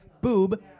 boob